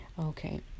Okay